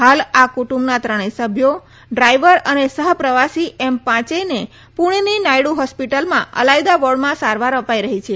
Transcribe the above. હાલ આ કુટુંબના ત્રણે સભ્યો ડ્રાઇવર અને સહ પ્રવાસીઓ એમ પાંચેયને પૂણેની નાયડુ હોસ્પિટલમાં અલાયદા વોર્ડમાં સારવાર અપાઈ રહી છે